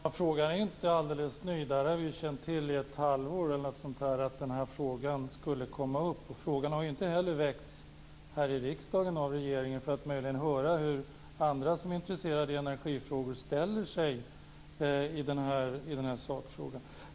Herr talman! Frågan är inte alldeles ny. Vi har ju i ett halvår eller så känt till att frågan skulle komma upp. Frågan har heller inte väckts här i riksdagen av regeringen för att möjligen höra hur andra som är intresserade av energifrågor ställer sig i sakfrågan.